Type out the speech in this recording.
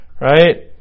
right